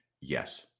Yes